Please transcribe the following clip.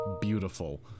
Beautiful